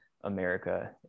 America